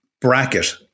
bracket